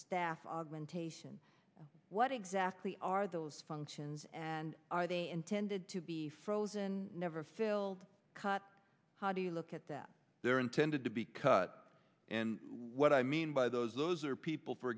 augmentation what exactly are those functions and are they intended to be frozen never filled cut how do you look at that they're intended to be cut and what i mean by those those are people for